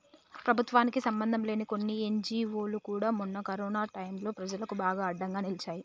ప్రభుత్వానికి సంబంధంలేని కొన్ని ఎన్జీవోలు కూడా మొన్న కరోనా టైంలో ప్రజలకు బాగా అండగా నిలిచాయి